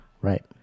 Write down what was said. Right